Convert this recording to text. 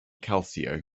calcio